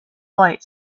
flight